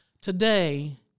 Today